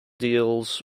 deals